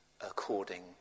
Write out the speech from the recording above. according